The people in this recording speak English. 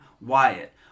Wyatt